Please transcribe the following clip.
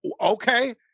okay